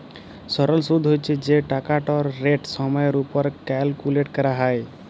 সরল সুদ্ হছে যে টাকাটর রেট সময়ের উপর ক্যালকুলেট ক্যরা হ্যয়